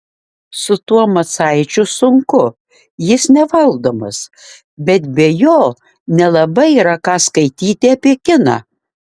su tuo macaičiu sunku jis nevaldomas bet be jo nelabai yra ką skaityti apie kiną